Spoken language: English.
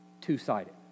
two-sided